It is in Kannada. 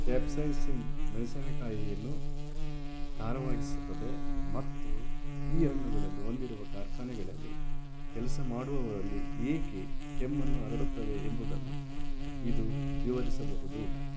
ಕ್ಯಾಪ್ಸೈಸಿನ್ ಮೆಣಸಿನಕಾಯಿಯನ್ನು ಖಾರವಾಗಿಸುತ್ತದೆ ಮತ್ತು ಈ ಹಣ್ಣುಗಳನ್ನು ಹೊಂದಿರುವ ಕಾರ್ಖಾನೆಗಳಲ್ಲಿ ಕೆಲಸ ಮಾಡುವವರಲ್ಲಿ ಏಕೆ ಕೆಮ್ಮನ್ನು ಹರಡುತ್ತದೆ ಎಂಬುದನ್ನು ಇದು ವಿವರಿಸಬಹುದು